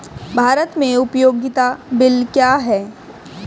भारत में उपयोगिता बिल क्या हैं?